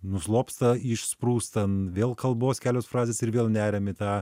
nuslopsta išsprūstant vėl kalbos kelios frazės ir vėl neriam į tą